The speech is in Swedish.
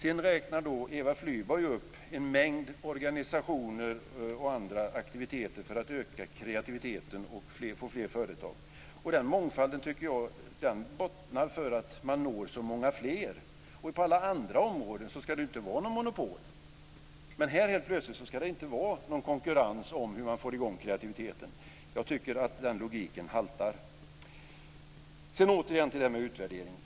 Sedan räknar Eva Flyborg upp en mängd organisationer och aktiviteter för att öka kreativiteten och få fler företag. Den mångfalden tycker jag bottnar för att man når så många fler. På alla områden ska det ju inte vara något monopol, men här ska det helt plötsligt inte vara någon konkurrens om hur man får i gång kreativiteten. Jag tycker att logiken haltar. Sedan återigen till detta med utvärdering.